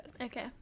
Okay